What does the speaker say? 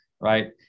Right